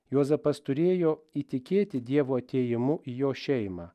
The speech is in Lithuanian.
juozapas turėjo įtikėti dievo atėjimu į jo šeimą